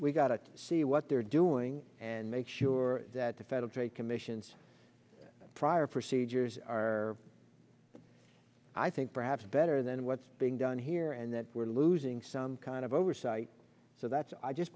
we've got to see what they're doing and make sure that the federal trade commission's prior procedures are i think perhaps better than what's being done here and that we're losing some kind of oversight so that's i just